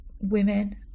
women